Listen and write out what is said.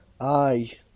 Aye